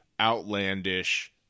outlandish